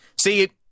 See